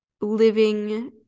living